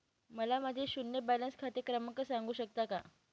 मला माझे शून्य बॅलन्स खाते क्रमांक सांगू शकता का?